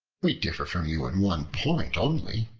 we differ from you in one point only.